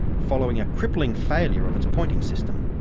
following a crippling failure of its pointing system.